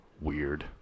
Weird